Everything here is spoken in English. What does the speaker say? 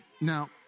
Now